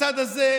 בצד הזה,